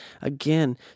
again